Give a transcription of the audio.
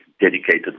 dedicated